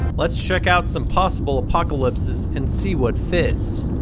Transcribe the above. let's check out some possible apocalypses and see what fits.